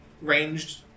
ranged